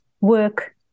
work